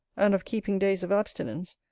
and of keeping days of abstinence,